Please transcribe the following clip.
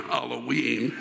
Halloween